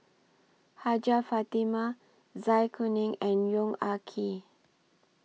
Hajjah Fatimah Zai Kuning and Yong Ah Kee